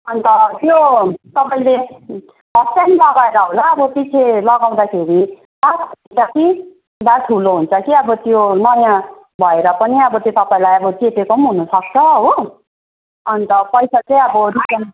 अन्त त्यो तपाईँले फर्स्ट टाइम लगाएर होला अब पछि लगाउँदाखेरि बा हुन्छ कि बा ठुलो हुन्छ कि अब त्यो नयाँ भएर पनि अब त्यो तपाईँलाई चेपेको हुनु सक्छ हो अन्त पैसा चाहिँ अब रिटर्न